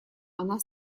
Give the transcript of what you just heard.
она